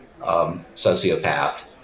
sociopath